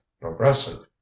progressive